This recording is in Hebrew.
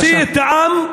הוציא את העם,